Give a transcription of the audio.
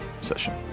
session